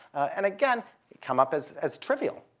and again, they come up as as trivial.